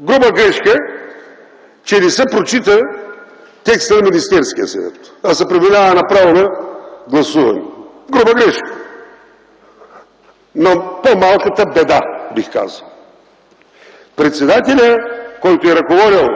Груба грешка е, че не се прочита текстът на Министерския съвет, а се преминава направо към гласуване. Груба грешка. Но по-малката беда бих казал. Председателят, който е ръководил